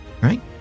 right